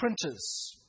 printers